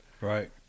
Right